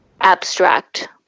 abstract